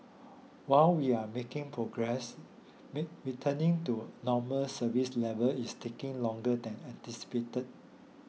while we are making progress returning to normal service level is taking longer than anticipated